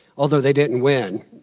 although they didn't win,